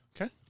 Okay